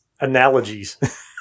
analogies